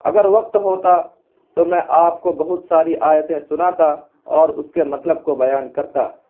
اگر وقت ہوتا تو میں آپ کو بہت ساری آیتیں سناتا اور اس کے مطلب کو بیان کرتا